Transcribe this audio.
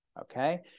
okay